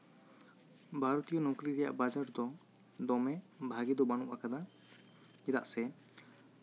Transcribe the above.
ᱵᱷᱟᱨᱚᱛᱤᱭᱚ ᱱᱚᱠᱨᱤ ᱨᱮᱭᱟᱜ ᱵᱟᱡᱟᱨ ᱫᱚ ᱫᱚᱢᱮ ᱵᱷᱟᱜᱮ ᱫᱚ ᱵᱟᱹᱱᱩᱜ ᱟᱠᱟᱫᱟ ᱪᱮᱫᱟᱜ ᱥᱮ